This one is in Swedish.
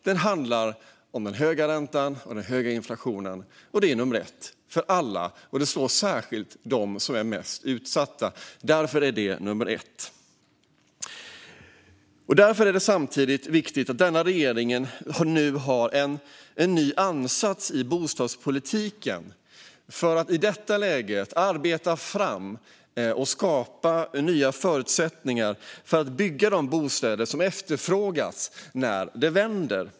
Det handlar om den höga räntan och den höga inflationen. Det är nummer ett för alla och slår särskilt mot de mest utsatta. Därför är det samtidigt viktigt att regeringen nu har en ny ansats i bostadspolitiken och i detta läge arbetar fram och skapar nya förutsättningar för att bygga de bostäder som efterfrågas när det vänder.